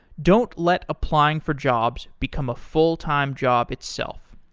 don't let applying for jobs become a full-time job itself.